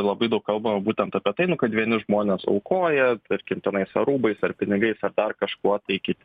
labai daug kalbama būtent apie tai nu kad vieni žmonės aukoja tarkim tenais ar rūbais ar pinigais ar dar kažkuo tai kiti